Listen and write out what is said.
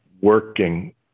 working